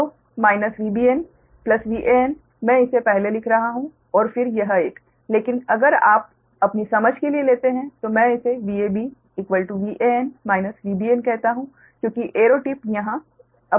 तो minus VbnVan मैं इसे पहले लिख रहा हूँ और फिर यह एक लेकिन अगर आप अपनी समझ के लिए लेते हैं तो मैं इसे Vab Van - Vbn कहता हूँ क्योंकि एरो टिप यहां विपरीत है